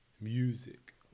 music